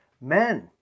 men